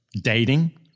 dating